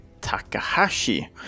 Takahashi